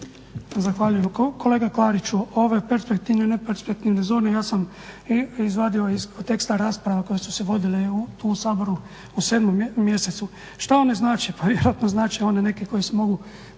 Zahvaljujem. Kolega Klariću ove perspektivne, neperspektivne zone ja sam izvadio iz teksta rasprava koje su se vodile tu u Saboru u 7. mjesecu. Što one znače? Pa vjerojatno znače one neke koje se mogu